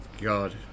god